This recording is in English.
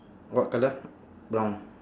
what colour brown